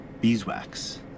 beeswax